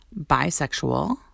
bisexual